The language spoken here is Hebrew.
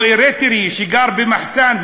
או אריתריאי שגר במחסן,